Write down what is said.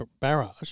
barrage